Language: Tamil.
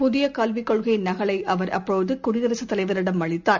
புதியகல்விக் கொள்கைநகலைஅவர் அப்போதுகுடியரசுத் தலைவரிடம் அளித்தார்